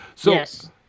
Yes